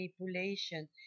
manipulation